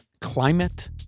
Climate